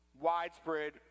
widespread